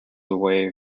away